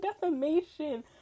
defamation